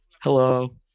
Hello